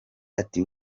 ati